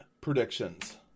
Predictions